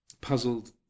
puzzled